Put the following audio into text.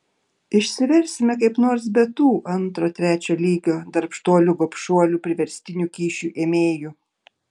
išsiversime kaip nors be tų antro trečio lygio darbštuolių gobšuolių priverstinių kyšių ėmėjų